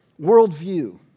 worldview